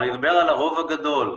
אני מדבר על הרוב הגדול,